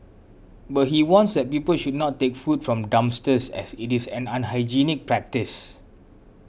but he warns that people should not take food from dumpsters as it is an unhygienic practice